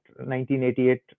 1988